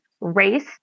race